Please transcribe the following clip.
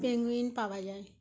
penguin পওয়া যায়